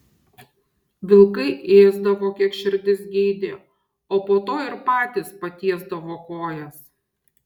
vilkai ėsdavo kiek širdis geidė o po to ir patys patiesdavo kojas